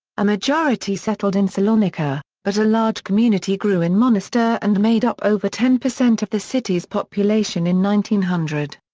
a majority settled in salonika, but a large community grew in monastir and made up over ten percent of the city's population in one thousand nine hundred.